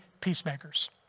peacemakers